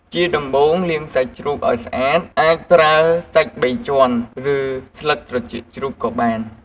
ជាដំបូង លាងសាច់ជ្រូកឲ្យស្អាត អាចប្រើសាច់បីជាន់ ឬស្លឹកត្រចៀកជ្រូកក៏បាន។